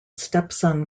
stepson